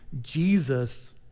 Jesus